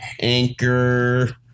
Anchor